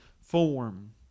form